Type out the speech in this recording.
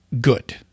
good